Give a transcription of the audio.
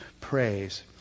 praise